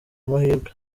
amahirwe